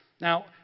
Now